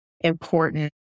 important